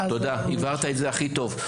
תודה, הבהרת את זה הכי טוב.